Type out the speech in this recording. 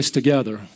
together